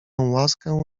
łaskę